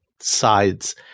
sides